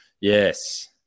yes